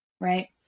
right